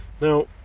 now